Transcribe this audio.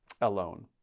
alone